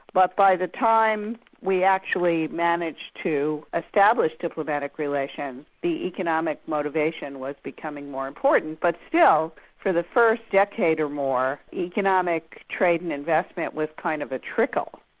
but by the time we actually managed to establish diplomatic relations, the economic motivation was becoming more important. but still, you know for the first decade or more, economic trade and investment was kind of a trickle,